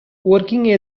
working